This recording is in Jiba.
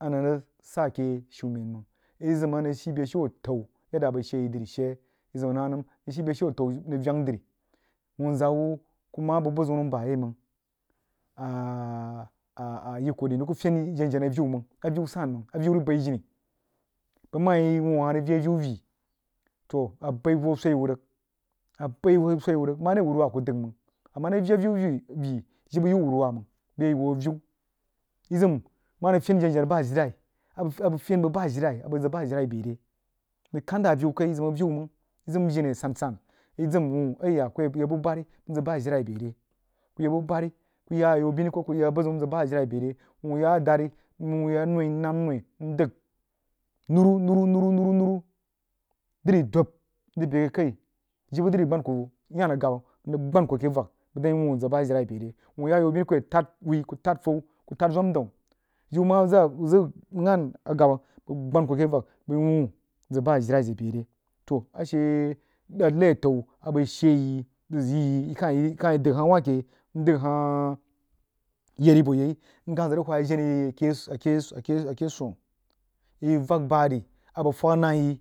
a nəng sah keh shumen mang yí zəm a nəm rig shii beshiu ɛtə’u daun a bəg shee lər shee yí əəm nənəm nəng shi beshiu ɛtə’u nəng vang dri wunzah wuh kuh mah bəg buzəun nəm biyɛi mang ɛ yí kanh ri nəng kuh fen jen-jenal aviu mang aviu san neng aviuu rig bəí jini bəg mah yí wuh hah rig vií avíu víí toh a baí hoo swoí wah rig mah ke whruweh kuh dəg mang a meh rig vii aviu vii jibə yi wuh wuruwah mang a dang yi a wuh aviu yi zəm mah anəng fen jen-jenah bah ajilai a bəg fen bəg bah ajilai a bəg zəg bah ajilai bəi re nəng kain zəg aviu kaí yí zəm aviu mang yi zəm jini asan-san yi zəm wuh ahya kuh yak buh bari b nəag bah ajilai bəi re wuh yuh dari wuh yah nui nnam noi ndəg lum, luru luru, luru drídub məg bəi akəi jibə ləri gben kuh yan aghbah mrig gban kuh a keh vak bəg dang yi wuin wuh zəg bah ajilai bəi re wuh yab ayaubin nyak tad faw kuh tad zwandaun jibə mah zəg aghabah bəg gban keh vak brí wuh zəg bah ajilai zəg bəi re toh a she lai atə’u z bəg shee yí rig yí kah dəg hah wahkeh yeri bo yai yinkah zəg whah jenah yi akesun yi vak bah ri a bəg fag nah yi.